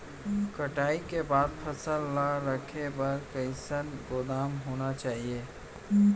कटाई के बाद फसल ला रखे बर कईसन गोदाम होना चाही?